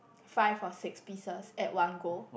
five or six pieces at one go